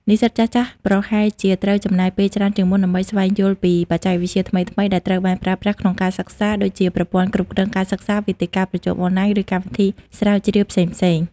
និស្សិតចាស់ៗប្រហែលជាត្រូវចំណាយពេលច្រើនជាងមុន ដើម្បីស្វែងយល់ពីបច្ចេកវិទ្យាថ្មីៗដែលត្រូវបានប្រើប្រាស់ក្នុងការសិក្សា ដូចជាប្រព័ន្ធគ្រប់គ្រងការសិក្សា វេទិកាប្រជុំអនឡាញ ឬកម្មវិធីស្រាវជ្រាវផ្សេងៗ។